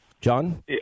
John